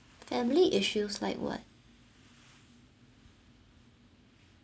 family issues like what